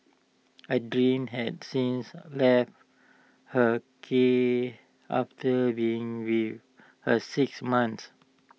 Adrian has since left her care after being with her six months